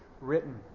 written